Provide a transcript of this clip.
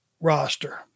roster